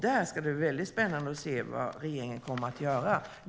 Där ska det bli väldigt spännande att se vad regeringen kommer att göra.